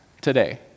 today